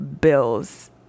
bills